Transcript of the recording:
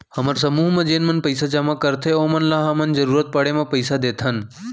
हमर समूह म जेन मन पइसा जमा करथे ओमन ल हमन जरूरत पड़े म पइसा देथन